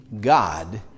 God